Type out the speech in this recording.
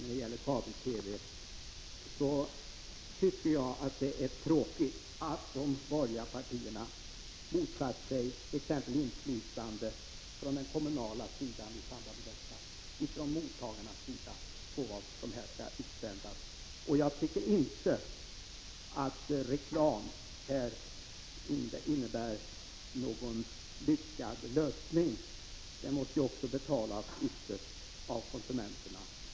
När det gäller kabel-TV:s framtid tycker jag att det är tråkigt att de borgerliga partierna har motsatt sig t.ex. inflytande från kommunerna, från mottagarna, över vad som skall utsändas. Reklam innebär inte någon lyckad lösning — den betalas ju också ytterst av konsumenterna.